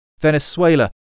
Venezuela